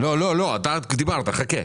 לא, אתה דיברת, חכה.